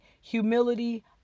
humility